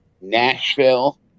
Nashville